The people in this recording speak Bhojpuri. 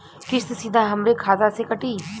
किस्त सीधा हमरे खाता से कटी?